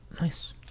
Nice